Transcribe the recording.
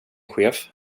chef